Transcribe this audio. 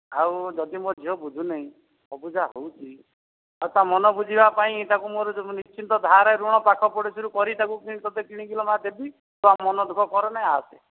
ଆଉ ଯଦି ମୋ ଝିଅ ବୁଝୁ ନାହିଁ ଅବୁଝା ହେଉଛି ଆଉ ତା ମନ ବୁଝିବା ପାଇଁ ତାକୁ ମୋର ମୁଁ ନିଶ୍ଚିନ୍ତ ଧାରେ ଋଣ ପାଖ ପଡୋଶୀରୁ କରିକି ତାକୁ ତୋତେ କିଣିକି ଲୋ ମା' ଦେବି ତୁ ଆଉ ମନ ଦୁଃଖ କରନା ଆସେ